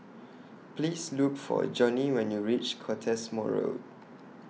Please Look For Jonnie when YOU REACH Cottesmore Road